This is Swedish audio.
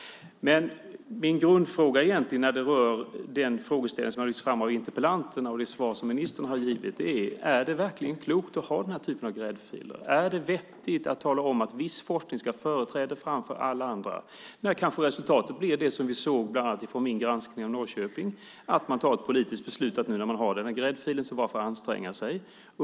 Min grundfråga när det gäller den frågeställning som har lyfts fram av interpellanterna och det svar som ministern har givit är: Är det verkligen klokt att ha denna typ av gräddfiler? Är det vettigt att tala om att viss forskning ska ha företräde framför all annan forskning? Resultatet blir kanske det vi såg av bland annat min granskning av Norrköping, det vill säga att när man har tagit politiskt beslut om att ha denna gräddfil ser man ingen anledning att anstränga sig mer.